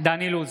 דן אילוז,